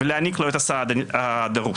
ולהעניק לו את הסעד הדרוש.